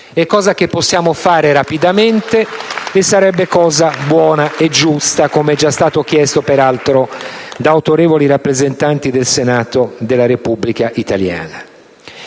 È cosa che possiamo fare rapidamente, e sarebbe cosa buona e giusta, come è già stato chiesto, peraltro, da autorevoli rappresentanti del Senato della Repubblica italiana.